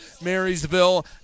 Marysville